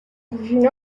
origine